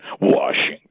Washington